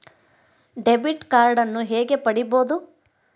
Debit ಕಾರ್ಡನ್ನು ಹೇಗೆ ಪಡಿಬೋದು?